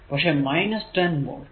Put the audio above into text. പക്ഷെ 10 വോൾട്